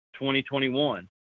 2021